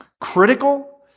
critical